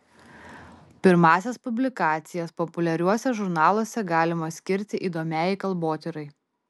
pirmąsias publikacijas populiariuose žurnaluose galima skirti įdomiajai kalbotyrai